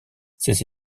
ses